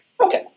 Okay